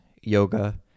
yoga